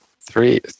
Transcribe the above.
three